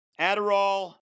Adderall